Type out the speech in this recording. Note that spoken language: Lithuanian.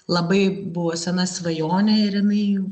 labai buvo sena svajonė ir jinai